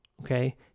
Okay